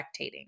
spectating